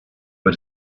but